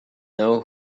know